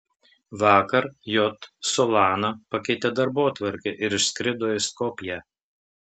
vakar j solana pakeitė darbotvarkę ir išskrido į skopję